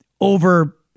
over